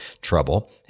trouble